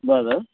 बरं